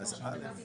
אל תגיד לי.